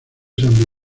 san